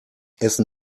essen